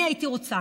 אני הייתי רוצה